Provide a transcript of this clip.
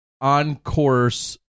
on-course